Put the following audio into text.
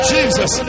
Jesus